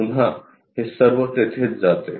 पुन्हा हे सर्व तेथेच जाते